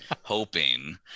Hoping